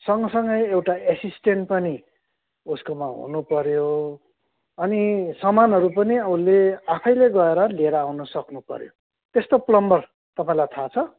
सँगसँगै एउटा एसिस्टेन्ट पनि उसकोमा हुनु पऱ्यो अनि सामानहरू पनि उसले आफैले गएर लिएर आउनु सक्नुपऱ्यो त्यस्तो प्लम्बर तपाईँलाई थाहा छ